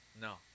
No